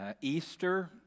Easter